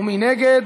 מי נגד?